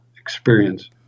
experience